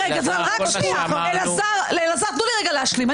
תנו לי רגע להשלים.